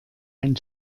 ein